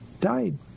died